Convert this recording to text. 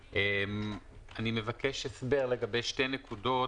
אני מבקש הסבר לגבי שתי נקודות.